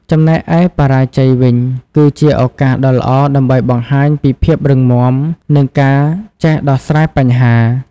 ចំណែកឯបរាជ័យវិញ គឺជាឱកាសដ៏ល្អដើម្បីបង្ហាញពីភាពរឹងមាំ និងការចេះដោះស្រាយបញ្ហា។